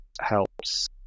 helps